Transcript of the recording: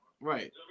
Right